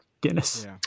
guinness